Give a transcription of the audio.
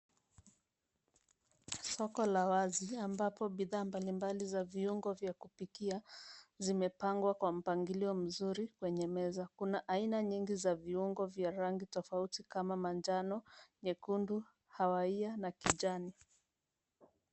Soko la wazi ambapo bidhaa mbali mbali za viungo vya kupikia, zimepangwa kwa mpangilio mzuri kwenye meza. Kuna aina nyingi za viungo vya rangi tofauti, kama manjano, nyekundu, hawaia, na kijani.